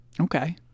Okay